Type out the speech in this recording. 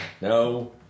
No